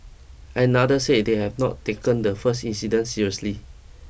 another said they had not taken the first incident seriously